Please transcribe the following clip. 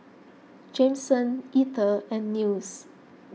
Jameson Etter and Nils